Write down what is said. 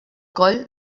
coll